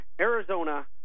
Arizona